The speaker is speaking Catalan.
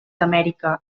amèrica